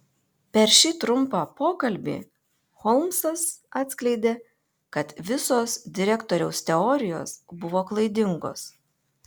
per šį trumpą pokalbį holmsas atskleidė kad visos direktoriaus teorijos buvo klaidingos